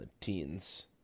teens